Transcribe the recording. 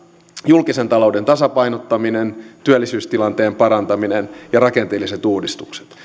julkisen talouden tasapainottaminen työllisyystilanteen parantaminen ja rakenteelliset uudistukset